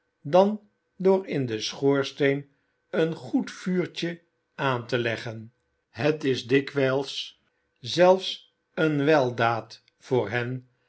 dan door in den schoorsteen een goed vuurtje aan te leggen het is dikwijls zelfs eene weldaad voor hen